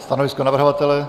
Stanovisko navrhovatele?